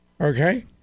okay